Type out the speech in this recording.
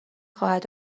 خواهد